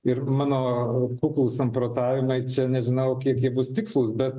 ir mano kuklūs samprotavimai čia nežinau kiek jie bus tikslūs bet